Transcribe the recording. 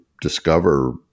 discover